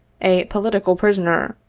a political prisoner,